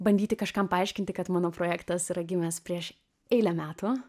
bandyti kažkam paaiškinti kad mano projektas yra gimęs prieš eilę metų